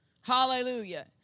hallelujah